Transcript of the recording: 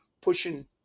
pushing